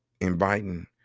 inviting